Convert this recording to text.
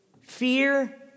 fear